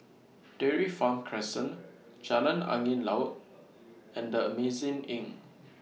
Dairy Farm Crescent Jalan Angin Laut and The Amazing Inn